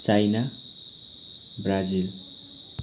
China Brazil